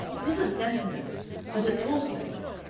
it isn't sentiment but it's horse sense.